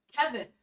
Kevin